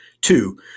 Two